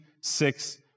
six